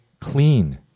clean